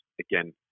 Again